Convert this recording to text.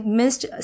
missed